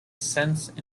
sense